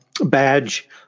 badge